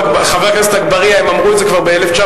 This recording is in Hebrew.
חבר הכנסת אגבאריה, הם אמרו את זה כבר ב-1967.